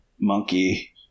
monkey